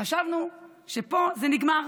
חשבנו שפה זה נגמר.